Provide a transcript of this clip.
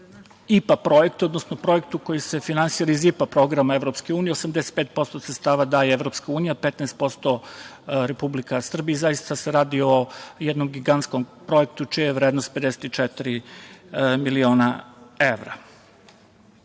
IPA projektu, odnosno projektu koji se finansira iz IPA projekta EU, 85% sredstava daje EU, a 15% Republika Srbija. Zaista se radi o jednom gigantskom projektu čija je vrednost 54 miliona evra. Ova